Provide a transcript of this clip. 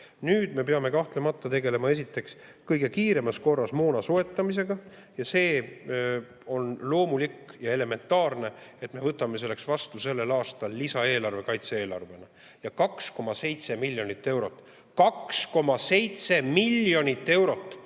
Nüüd me peame kahtlemata tegelema esiteks kõige kiiremas korras moona soetamisega. See on loomulik ja elementaarne, et me võtame selleks tänavu vastu lisaeelarve kaitse-eelarvena. Ja 2,7 miljonit eurot – 2,7 miljonit eurot!